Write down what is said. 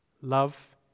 Love